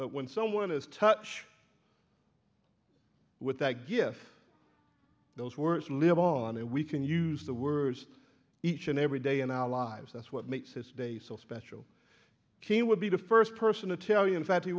but when someone is touch with that gift those words live on and we can use the words each and every day in our lives that's what makes his day so special key would be the first person to tell you in fact he